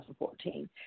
2014